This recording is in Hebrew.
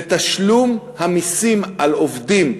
ותשלום המסים על עובדים,